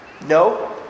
No